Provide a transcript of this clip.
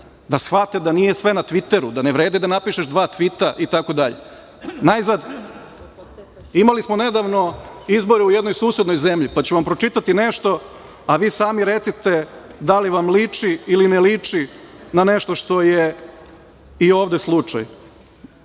da shvate da nije sve na Tviteru, da ne vredi da napišeš dva tvita itd. Najzad, imali smo nedavno izbore u jednoj susednoj zemlji, pa ću vam pročitati nešto, a vi sami recite da li vam liči ili ne liči na nešto što je i ovde slučaj.